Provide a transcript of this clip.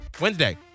Wednesday